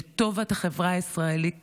לטובת החברה הישראלית כולה.